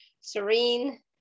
serene